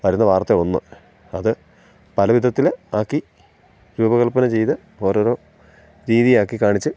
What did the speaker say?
വരുന്ന വാർത്ത ഒന്ന് അത് പല വിധത്തിൽ ആക്കി രൂപകൽപ്പന ചെയ്ത് ഓരോരോ രീതിയാക്കിക്കാണിച്ച്